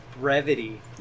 brevity